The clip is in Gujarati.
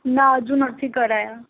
ના હજુ નથી કરાવ્યાં